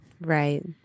Right